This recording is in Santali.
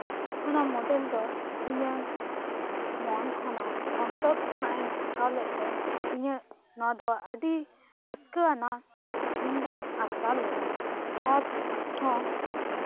ᱚᱱᱟ ᱢᱚᱰᱮᱞ ᱫᱚ ᱤᱧᱟᱹᱝ ᱢᱚᱱ ᱠᱷᱚᱱᱟᱜ ᱚᱱᱛᱚᱨ ᱠᱷᱚᱱᱟᱜ ᱤᱧ ᱟᱸᱠᱟᱣ ᱞᱮᱜ ᱛᱮ ᱤᱧᱟᱹᱜ ᱱᱚᱣᱟ ᱫᱚ ᱟᱹᱰᱤ ᱨᱟᱹᱥᱠᱟᱹ ᱟᱱᱟᱜ ᱤᱧ ᱟᱴᱠᱟᱨ ᱞᱮᱫᱟ ᱟᱨ ᱦᱚᱸ